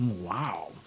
Wow